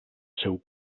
seu